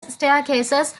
staircases